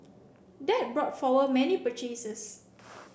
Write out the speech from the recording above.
that brought forward many purchases